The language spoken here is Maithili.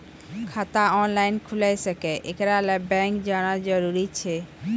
खाता ऑनलाइन खूलि सकै यै? एकरा लेल बैंक जेनाय जरूरी एछि?